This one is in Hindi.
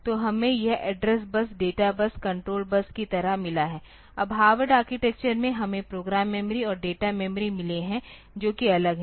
तो हमें यह address bus data bus control bus की तरह मिला है अब हार्वर्ड आर्किटेक्चर में हमें प्रोग्राम मेमोरी और डेटा मेमोरी मिले है जो कि अलग है